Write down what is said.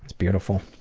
beautiful.